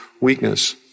weakness